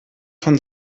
von